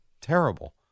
terrible